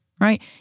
right